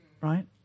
right